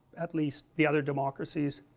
at least the other democracies